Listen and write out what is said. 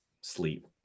sleep